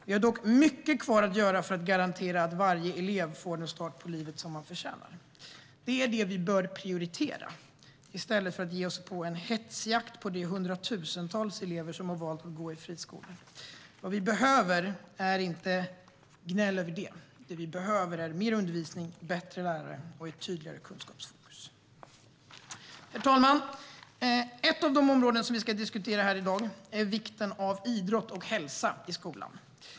Vi har dock mycket kvar att göra för att garantera att varje elev får den start på livet som man förtjänar. Det är det vi bör prioritera i stället för att ge oss ut på en hetsjakt på de hundratusentals elever som har valt att gå i friskolor. Vad vi behöver är inte gnäll över det; det vi behöver är mer undervisning, bättre lärare och tydligare kunskapsfokus. Herr talman! Ett av de områden vi ska diskutera här i dag är vikten av idrott och hälsa i skolan.